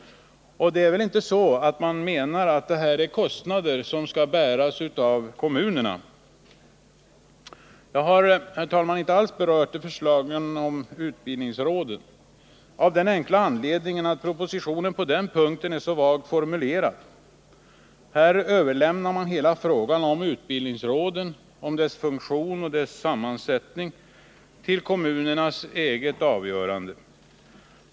Det är väl inte så, att man menar att dessa kostnader skall bäras av kommunerna? Jag har, herr talman, inte alls berört de föreslagna utbildningsråden, av den enkla anledningen att propositionen på denna punkt är mycket vagt formulerad. Här överlämnas hela frågan om utbildningsråden och deras sammansättning och funktion till kommunernas eget avgörande.